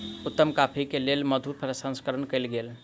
उत्तम कॉफ़ी के लेल मधु प्रसंस्करण कयल गेल